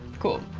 cool.